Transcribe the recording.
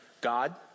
God